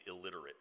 illiterate